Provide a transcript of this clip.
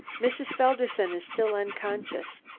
mrs. felderson is still unconscious.